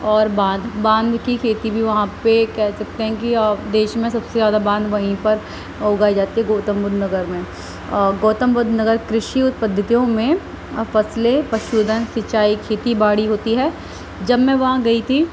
اور باندھ باندھ کی بھی کھیتی بھی وہاں پہ کہہ سکتے ہیں کہ دیش میں سب سے زیادہ باندھ وہیں پر اگائی جاتی ہے گوتم بدھ نگر میں اور گوتم دھ نگر کرشی پدھتیوں میں فصلیں فصل دن سینچائی کھیتی باڑی ہوتی ہے جب میں وہاں گئی تھی